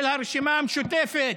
של הרשימה המשותפת.